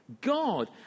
God